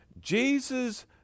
Jesus